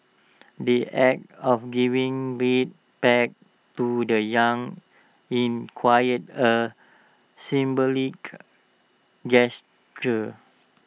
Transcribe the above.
the act of giving red pack to the young in quite A symbolic gesture